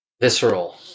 visceral